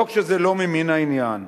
לא כשזה לא ממין העניין.